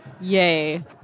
yay